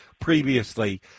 previously